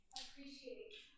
appreciate